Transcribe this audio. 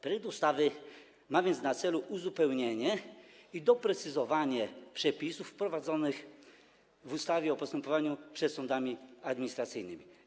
Tryb ustawy ma więc na celu uzupełnienie i doprecyzowanie przepisów wprowadzonych w ustawie o postępowaniu przed sądami administracyjnymi.